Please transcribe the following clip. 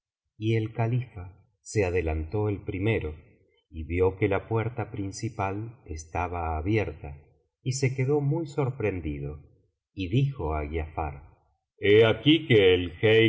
y el califa se adelantó el primero y vio que la puerta principal estaba abierta y se quedó muy sorprendido y dijo á giafar he aquí que el